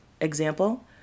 example